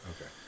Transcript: Okay